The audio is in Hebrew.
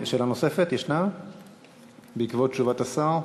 שאלה נוספת, יש, בעקבות תשובת השר?